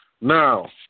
Now